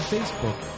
Facebook